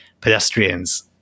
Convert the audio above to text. pedestrians